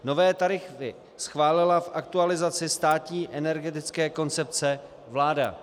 Nové tarify schválila v aktualizaci státní energetické koncepce vláda.